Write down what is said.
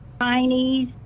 Chinese